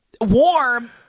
warm